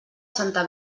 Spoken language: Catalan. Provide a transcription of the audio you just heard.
santa